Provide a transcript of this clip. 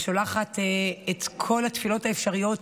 ואני שולחת את כל התפילות האפשריות